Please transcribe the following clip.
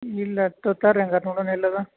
ಇಲ್ಲ ತರ್ರಿ ಹಂಗಾರೆ ನೋಡುನು ಎಲ್ಲದ